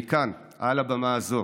אני כאן על הבמה הזאת